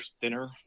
thinner